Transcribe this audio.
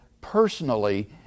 personally